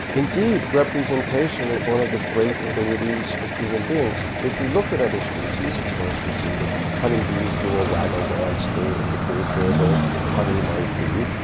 indeed, representation is one of the great abilities of human beings. if we look at other species of course we see that honeybees do a waggle dance to indicate where the honey might be,